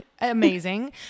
Amazing